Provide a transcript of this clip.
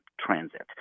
transit